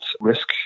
risk